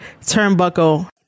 turnbuckle